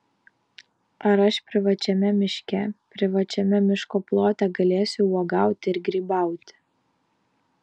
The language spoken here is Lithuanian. ar aš privačiame miške privačiame miško plote galėsiu uogauti ir grybauti